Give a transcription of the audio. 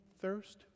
thirst